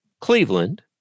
Cleveland